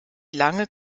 lange